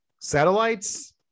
satellites